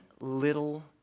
little